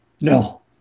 No